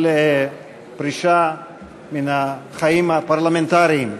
על פרישה מן החיים הפרלמנטריים.